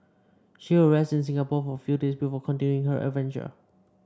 she will rest in Singapore for a few days before continuing her adventure